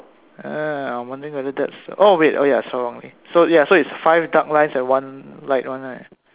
err I'm wondering whether that's oh wait oh ya saw wrongly so ya so it's five dark lines and one light one right